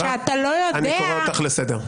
אני אקרא אותך לסדר,